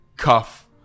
Cuff